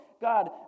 God